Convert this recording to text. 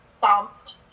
thumped